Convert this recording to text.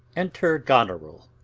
enter goneril.